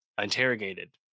interrogated